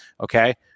okay